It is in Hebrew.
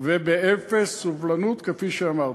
ובאפס סובלנות, כפי שאמרתי.